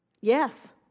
Yes